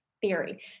theory